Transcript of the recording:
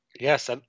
Yes